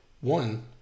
One